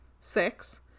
six